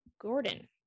Gordon